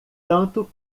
tanto